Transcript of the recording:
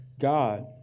God